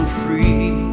free